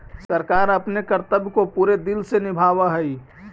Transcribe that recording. सरकार अपने कर्तव्य को पूरे दिल से निभावअ हई